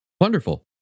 wonderful